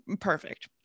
perfect